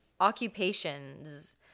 Occupations